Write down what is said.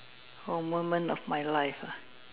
A moment of my life ah